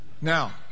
Now